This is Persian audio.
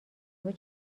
بود